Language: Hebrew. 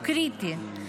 הוא קריטי.